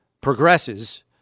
progresses